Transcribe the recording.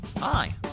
hi